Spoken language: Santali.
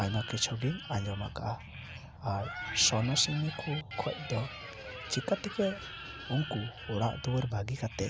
ᱟᱭᱢᱟ ᱠᱤᱪᱷᱩ ᱜᱮᱧ ᱟᱸᱡᱚᱢ ᱠᱟᱜᱼᱟ ᱟᱨ ᱥᱚᱱᱱᱟᱥᱤᱱᱤ ᱠᱷᱚᱡ ᱫᱚ ᱪᱤᱠᱟᱛᱮᱜᱮ ᱩᱱᱠᱩ ᱚᱲᱟᱜ ᱫᱩᱣᱟᱹᱨ ᱵᱟᱹᱜᱤ ᱠᱟᱛᱮ